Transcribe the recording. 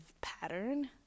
pattern